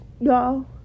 Y'all